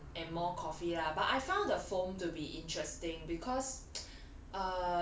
coffee and and more coffee lah but I found the foam to be interesting because